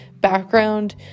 background